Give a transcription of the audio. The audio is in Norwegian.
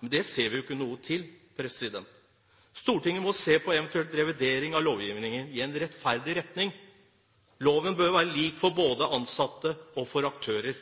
men det ser vi ikke noe til. Stortinget må eventuelt se på revidering av lovgivningen i en rettferdig retning. Loven bør være lik både for ansatte og for aktører.